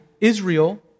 Israel